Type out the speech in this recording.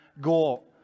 goal